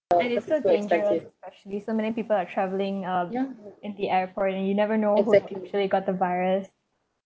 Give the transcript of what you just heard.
and it's so dangerous especially so many people are travelling uh in the airport and you never know who actually got the virus